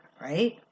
right